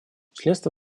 членство